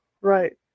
Right